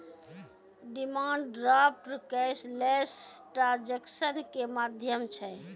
demand draft cashless transaction के माध्यम छै